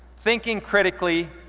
thinking critically,